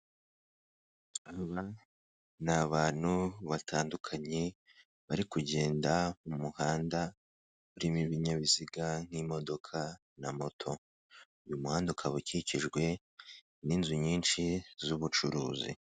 Aba ni abantu batandukanye bari kugenda mu muhanda urimo ibinyabiziga nk'imodoka na moto, uyu muhanda ukaba ukikijwe n'inzu nyinshi z'ubucuruzi.